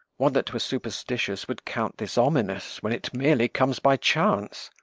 one that were superstitious would count this ominous, when it merely comes by chance.